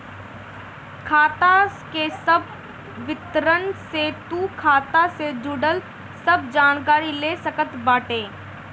खाता के सब विवरण से तू खाता से जुड़ल सब जानकारी ले सकत बाटअ